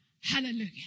Hallelujah